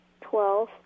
Twelve